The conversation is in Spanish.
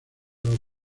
los